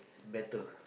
better